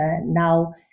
now